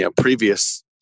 previous